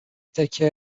تکه